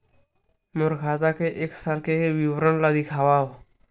मोर खाता के एक साल के विवरण ल दिखाव?